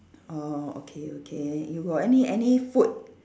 orh okay okay you got any any food